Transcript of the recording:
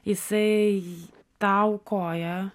jisai tą aukoja